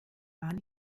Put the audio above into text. waren